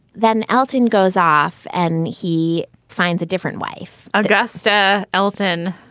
then elton goes off and he finds a different wife agusta elton.